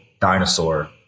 dinosaur